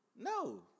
No